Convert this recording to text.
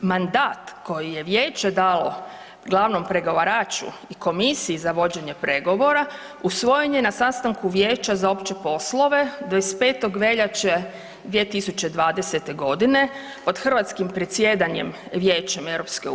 Mandat koji je Vijeće dalo glavnom pregovaraču i Komisiji za vođenje pregovora usvojen je na sastanku Vijeća za opće poslove 25. veljače 2020. g. pod hrvatskim predsjedanjem Vijećem EU.